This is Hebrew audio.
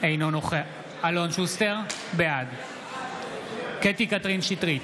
בעד קטי קטרין שטרית,